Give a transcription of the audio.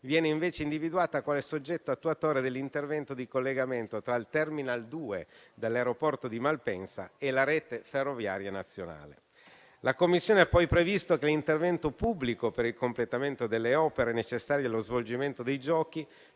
viene invece individuata quale soggetto attuatore dell'intervento di collegamento tra il terminal 2 dell'aeroporto di Malpensa e la rete ferroviaria nazionale. La Commissione ha poi previsto che l'intervento pubblico per il completamento delle opere necessarie allo svolgimento dei Giochi